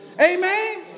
Amen